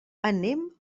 anem